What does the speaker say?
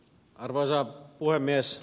arvoisa puhemies